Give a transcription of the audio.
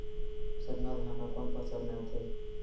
सरना धान ह कोन फसल में आथे?